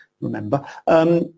remember